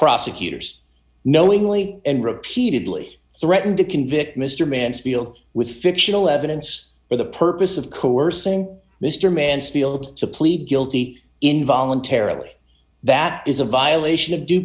prosecutors knowingly and repeatedly threatened to convict mr mansfield with fictional evidence for the purpose of coercing mr mann steel to plead guilty in voluntarily that is a violation of due